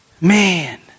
man